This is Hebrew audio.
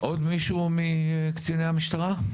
עוד מישהו מקציני המשטרה?